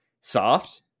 soft